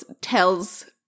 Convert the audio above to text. tells